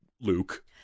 Luke